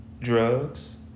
drugs